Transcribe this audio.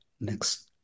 next